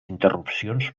interrupcions